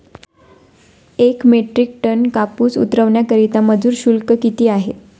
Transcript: एक metric ton कापूस उतरवण्याकरता मजूर शुल्क किती आहे?